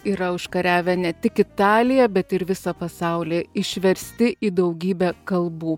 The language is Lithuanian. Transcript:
yra užkariavę ne tik italiją bet ir visą pasaulį išversti į daugybę kalbų